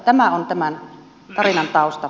tämä on tämän tarinan tausta